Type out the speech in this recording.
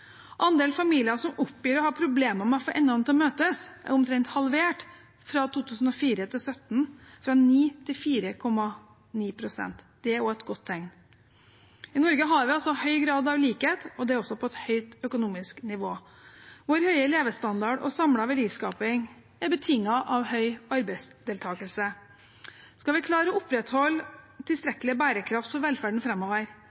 Andelen familier som oppgir å ha problemer med å få endene til å møtes, er omtrent halvert fra 2004 til 2017, fra 9 pst. til 4,9 pst. Det er også et godt tegn. I Norge har vi altså høy grad av likhet, og det er på et høyt økonomisk nivå. Vår høye levestandard og samlede verdiskaping er betinget av høy arbeidsdeltakelse. Skal vi klare å opprettholde